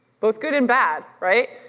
both good and bad, right?